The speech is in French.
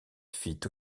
fit